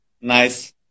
nice